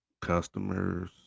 customers